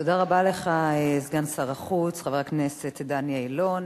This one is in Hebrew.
תודה רבה לך, סגן שר החוץ חבר הכנסת דני אילון.